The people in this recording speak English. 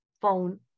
phone